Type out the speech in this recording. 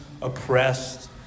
oppressed